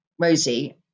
Rosie